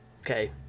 Okay